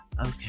okay